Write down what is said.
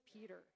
Peter